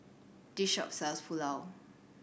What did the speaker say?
this shop sells Pulao